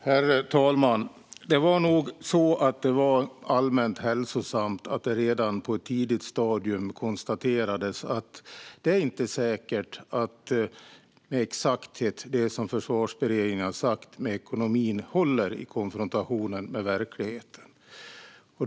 Herr talman! Det var nog allmänt hälsosamt att det redan på ett tidigt stadium konstaterades att det inte är säkert att exakt det som Försvarsberedningen har sagt om ekonomin håller i konfrontation med verkligheten.